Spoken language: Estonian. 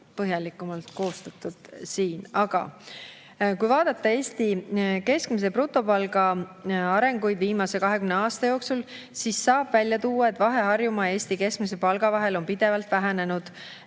põhjalikumalt koostatud. Kui vaadata Eesti keskmise brutopalga arengut viimase 20 aasta jooksul, siis saab välja tuua, et vahe Harjumaa ja Eesti keskmise palga vahel on pidevalt vähenenud.